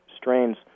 strains